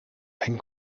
ein